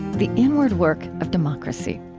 the inward work of democracy.